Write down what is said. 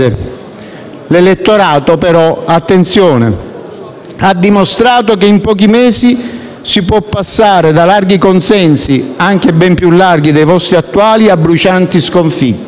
L'elettorato però - attenzione - ha dimostrato che in pochi mesi si può passare da larghi consensi, anche ben più larghi dei vostri attuali, a brucianti sconfitte.